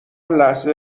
لحظه